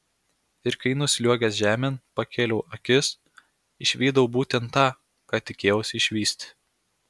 ir kai nusliuogęs žemėn pakėliau akis išvydau būtent tą ką tikėjausi išvysti